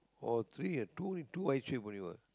or three ah two two white sheep only what